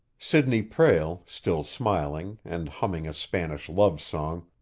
sidney prale, still smiling, and humming a spanish love song,